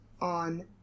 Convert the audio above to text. on